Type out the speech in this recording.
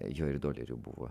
jo ir dolerių buvo